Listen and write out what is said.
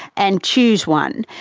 and choose one.